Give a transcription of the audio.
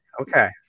Okay